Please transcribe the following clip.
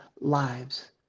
lives